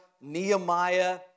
Nehemiah